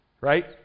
Right